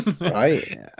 right